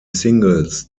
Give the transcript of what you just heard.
singles